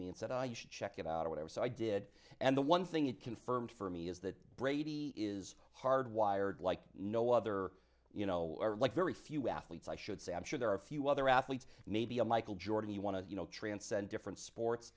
me and said i should check it out or whatever so i did and the one thing it confirmed for me is that brady is hard wired like no other you know very few athletes i should say i'm sure there are a few other athletes maybe a michael jordan you want to you know transcend different sports